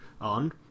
on